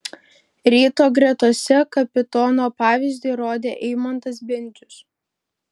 ryto gretose kapitono pavyzdį rodė eimantas bendžius